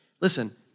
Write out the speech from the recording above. Listen